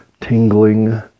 tingling